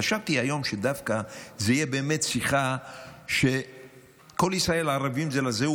חשבתי היום שדווקא זו תהיה באמת שיחה של כל ישראל ערבים זה לזה,